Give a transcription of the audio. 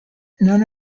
none